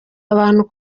abantu